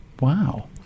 Wow